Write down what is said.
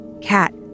Cat